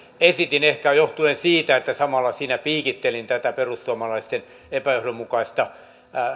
esitin ehkä johtuen siitä että samalla siinä piikittelin tätä perussuomalaisten epäjohdonmukaista